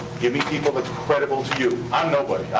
gimme people that's credible to you. i'm nobody.